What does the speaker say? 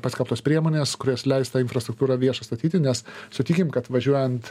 paskelbtos priemonės kurios leis tą infrastruktūrą viešą statyti nes sutikim kad važiuojant